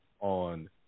on